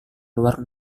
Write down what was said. luar